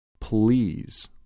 please